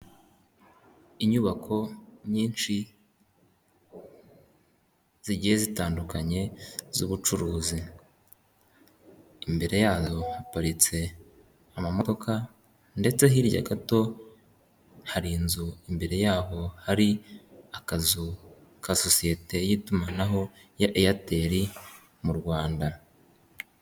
Inyubako nyinshi zigiye zitandukanye z'ubucuruzi, imbere yazo haparitse amamodoka ndetse hirya gato hari inzu, imbere yaho hari akazu ka sosiyete y'itumanaho ya Eyateri mu Rwanda.